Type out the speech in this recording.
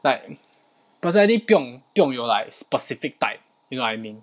like personality 不用不用有 like specific type you know what I mean